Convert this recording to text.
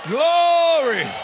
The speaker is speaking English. Glory